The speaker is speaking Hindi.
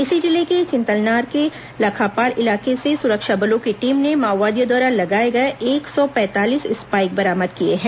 इसी जिले के चिंतलनार के लखापाल इलाके से सुरक्षा बलों की टीम ने माओवादियों द्वारा लगाए गए एक सौ पैंतालीस स्पाईक बरामद किए हैं